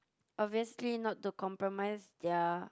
obviously not to compromise their